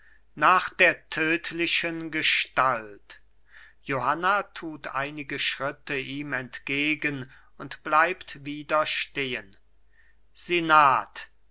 nach der tödlichen gestalt johanna tut einige schritte ihm entgegen und bleibt wieder stehen